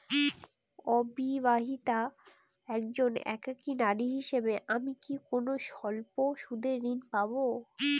অবিবাহিতা একজন একাকী নারী হিসেবে আমি কি কোনো স্বল্প সুদের ঋণ পাব?